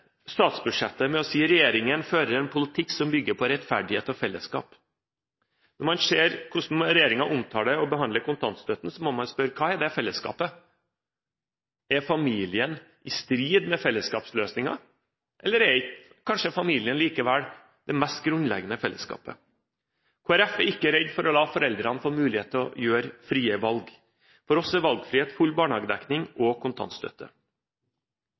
statsbudsjettet med å si at regjeringen «fører en politikk som bygger på rettferdighet og fellesskap». Når man ser hvordan regjeringen omtaler, og behandler, kontantstøtten, må man spørre: Hva er det fellesskapet? Er familien i strid med fellesskapsløsninger, eller er kanskje familien likevel det mest grunnleggende fellesskapet? Kristelig Folkeparti er ikke redd for å la foreldrene få mulighet til å gjøre frie valg. For oss er valgfrihet full barnehagedekning og kontantstøtte.